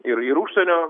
ir ir užsienio